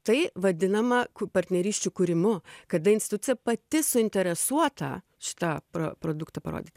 tai vadinama partnerysčių kūrimu kada instucija pati suinteresuota šitą pro produktą parodyt